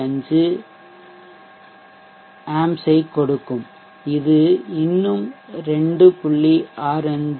5 A ஐக் கொடுக்கும் இது இன்னும் 2